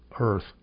earth